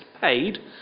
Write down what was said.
paid